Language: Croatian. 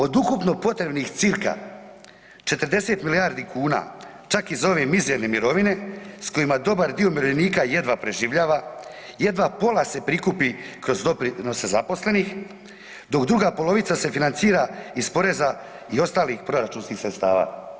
Od ukupno potrebnih cca 40 milijardi kuna čak i za ove mizerne mirovine s kojima dobar dio umirovljenika jedva preživljava, jedva se pola prikupi kroz doprinose zaposlenih, dok druga polovica se financira iz poreza i ostalih proračunskih sredstava.